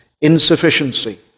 insufficiency